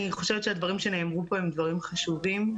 אני חושבת שהדברים שנאמרו פה הם דברים חשובים.